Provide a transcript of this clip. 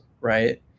right